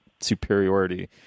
superiority